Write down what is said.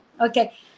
okay